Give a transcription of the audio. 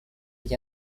ведь